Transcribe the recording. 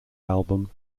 album